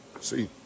See